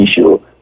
issue